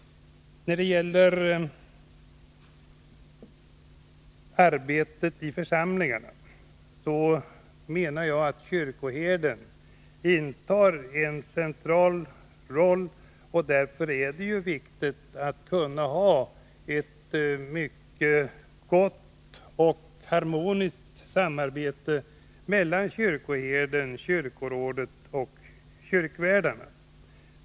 När det gäller arbetet i församlingarna menar jag att kyrkoherden intar en central roll, och därför är det viktigt att kunna ha ett mycket gott och harmoniskt samarbete mellan kyrkoherden, kyrkorådet och kyrkvärdarna.